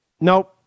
nope